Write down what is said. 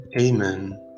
amen